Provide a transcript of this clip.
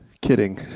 kidding